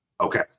Okay